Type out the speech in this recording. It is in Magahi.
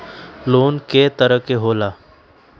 लोन कय तरह के होला?